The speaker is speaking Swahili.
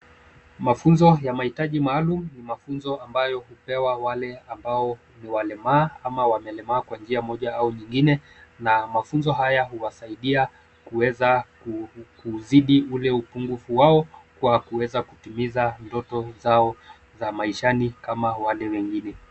Mafunzo ya mahitaji maalum ni mafunzo ambayo hupewa wale ambao ni walemaa ama wamelemaa kwa njia moja au nyingine na mafunzo haya huwasaidia kuweza kuzidi ule upungufu wao kwa kuweza kutimiza ndoto zao za maishani kama wale wengine.